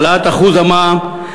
העלאת אחוז המע"מ,